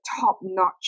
top-notch